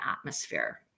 atmosphere